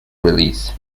release